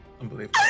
Unbelievable